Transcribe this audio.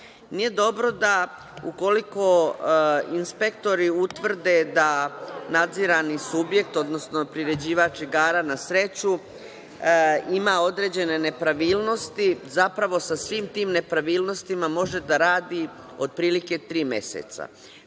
Nije dobro da ukoliko inspektori utvrde da nadzirani subjekt, odnosno, priređivač igara na sreću ima određene nepravilnosti, zapravo sa svim tim nepravilnostima može da radi otprilike tri meseca